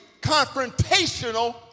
confrontational